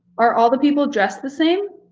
are all the people dressed the same?